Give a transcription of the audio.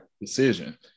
decision